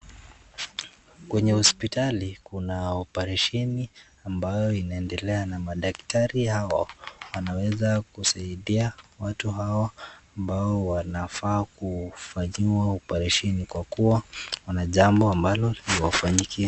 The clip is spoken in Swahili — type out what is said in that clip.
Kwenye hospitali kuna oparesheni ambayo inaendelea na madaktari hawa wanaweza kusaidia watu hawa ambao wanafaa kufanyia oparesheni kwa kuwa kuna jambo ambalo limewafanyikia.